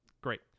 great